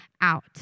out